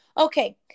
Okay